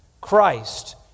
Christ